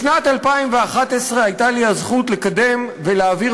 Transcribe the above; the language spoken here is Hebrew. בשנת 2011 הייתה לי הזכות לקדם ולהעביר